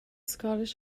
scottish